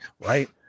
right